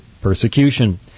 persecution